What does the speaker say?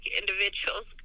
individuals